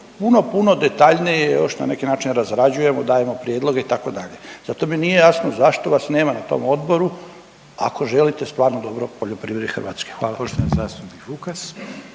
puno puno detaljnije još na neki način razrađujemo, dajemo prijedloge itd., zato mi nije jasno zašto vas nema na tom odboru ako želite stvarno dobro poljoprivredi Hrvatske, hvala.